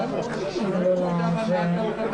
צהריים טובים לכולם.